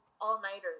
all-nighters